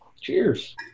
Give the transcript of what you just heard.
Cheers